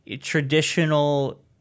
traditional